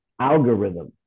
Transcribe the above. algorithm